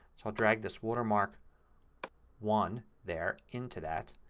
so i'll drag this watermark one there into that.